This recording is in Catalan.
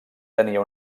tenia